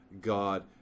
god